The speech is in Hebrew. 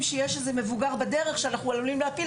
שיש מבוגר בדרך שאנחנו עלולים להפיל,